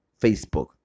Facebook